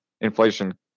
inflation